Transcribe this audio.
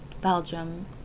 Belgium